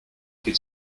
qu’il